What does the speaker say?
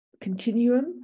continuum